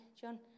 John